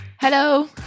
Hello